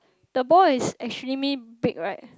the ball is extremely big right